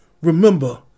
Remember